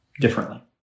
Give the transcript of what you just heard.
differently